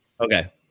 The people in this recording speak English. Okay